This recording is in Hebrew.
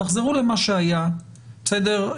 תחזרו למה שהיה בסדר?